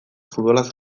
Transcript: futbolaz